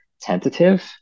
tentative